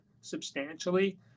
substantially